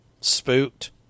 spooked